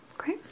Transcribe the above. Okay